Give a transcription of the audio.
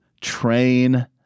train